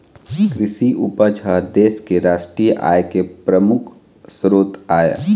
कृषि उपज ह देश के रास्टीय आय के परमुख सरोत आय